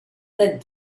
that